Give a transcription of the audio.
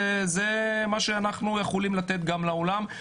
זה מה שאנחנו יכולים לתת גם לעולם.